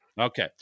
Okay